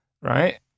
right